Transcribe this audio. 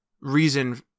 reason